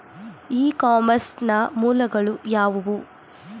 E commerce ನ ಮೂಲಗಳು ಯಾವುವು?